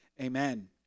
Amen